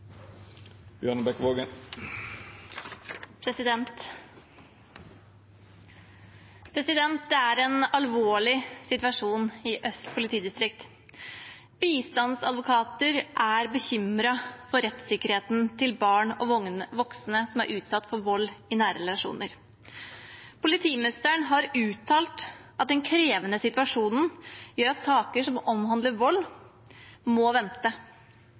Det er en alvorlig situasjon i Øst politidistrikt. Bistandsadvokater er bekymret for rettssikkerheten til barn og voksne som er utsatt for vold i nære relasjoner. Politimesteren har uttalt at den krevende situasjonen gjør at saker som omhandler vold, må vente.